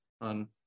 on